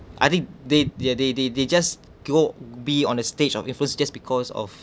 I think they they're they they they just go be on the stage of in front just because of